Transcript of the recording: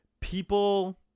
People